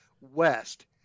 West